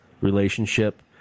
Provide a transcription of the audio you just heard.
relationship